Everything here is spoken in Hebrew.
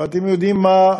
אבל אתם יודעים מה?